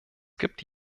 gibt